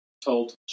told